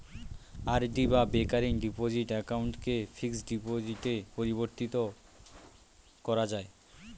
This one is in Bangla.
আর.ডি বা রেকারিং ডিপোজিট অ্যাকাউন্টকে ফিক্সড ডিপোজিটে পরিবর্তন করা যায়